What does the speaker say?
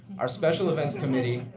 our special events committee,